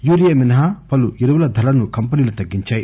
urea మినహా పలు ఎరువుల ధరలను కంపెనీలు తగ్గించాయి